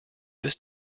this